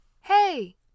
Hey